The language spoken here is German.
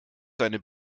seine